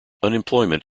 unemployment